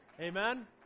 Amen